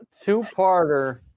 Two-parter